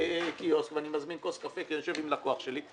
בקיוסק ומזמין כוס קפה כי אני יושב עם לקוח שלי,